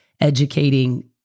educating